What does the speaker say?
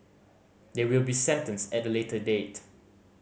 they will be sentenced at a later date